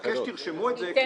אני מבקש שתרשמו את זה,